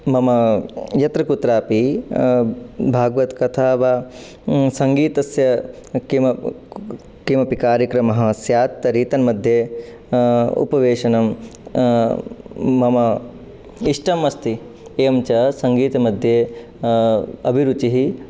मम यत्र कुत्रापि भागवतकथा वा सङ्गीतस्य किमपि कार्यक्रमः स्यात् तर्हि तन्मध्ये उपवेशनं मम इष्टमस्ति एवञ्च सङ्गीतमध्ये अभिरुचिः